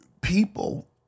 people